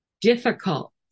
difficult